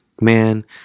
man